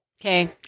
Okay